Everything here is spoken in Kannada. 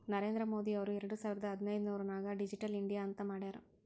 ನರೇಂದ್ರ ಮೋದಿ ಅವ್ರು ಎರಡು ಸಾವಿರದ ಹದಿನೈದುರ್ನಾಗ್ ಡಿಜಿಟಲ್ ಇಂಡಿಯಾ ಅಂತ್ ಮಾಡ್ಯಾರ್